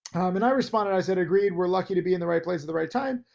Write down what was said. and i responded, i said, agreed, we're lucky to be in the right place at the right time,